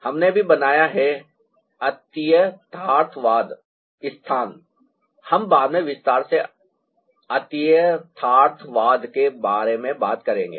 हमने भी बनाया है संदर्भ समय 1130 अतियथार्थवाद स्थान हम बाद में विस्तार से अतियथार्थवाद के बारे में बात करेंगे